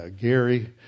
Gary